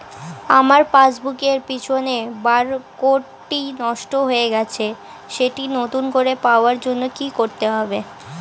আমার পাসবুক এর পিছনে বারকোডটি নষ্ট হয়ে গেছে সেটি নতুন করে পাওয়ার জন্য কি করতে হবে?